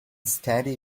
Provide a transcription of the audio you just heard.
steady